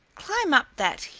climb up that,